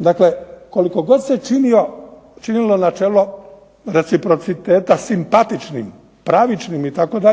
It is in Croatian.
Dakle, koliko god se činilo načelo reciprociteta simpatičnim, pravičnim itd.